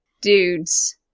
dudes